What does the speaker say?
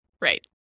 Right